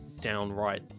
downright